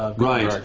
ah right.